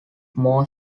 more